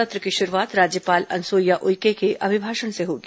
सत्र की शुरूआत राज्यपाल अनसुईया उइके के अभिभाषण से होगी